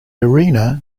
arena